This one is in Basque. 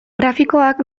grafikoak